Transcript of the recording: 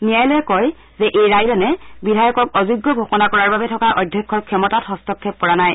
ন্যায়ালয়ে কয় যে এই ৰায়দানে বিধায়কক অযোগ্য ঘোষণা কৰাৰ বাবে থকা অধ্যক্ষৰ ক্ষমতাত হস্তক্ষেপ কৰা নাই